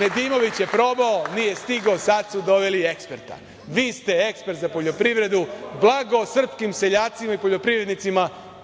Nedimović je probao, nije stigao, sada su doveli eksperta. Vi ste ekspert za poljoprivredu, blago srpskim seljacima i poljoprivrednicima